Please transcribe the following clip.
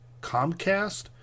Comcast